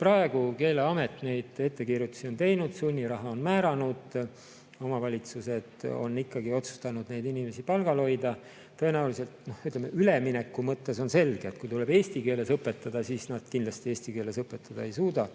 Praegu Keeleamet neid ettekirjutusi on teinud, sunniraha on määranud. Omavalitsused on ikkagi otsustanud neid inimesi palgal hoida. Tõenäoliselt, ütleme, ülemineku mõttes on selge, et kui tuleb eesti keeles õpetada, siis nad kindlasti eesti keeles õpetada ei suuda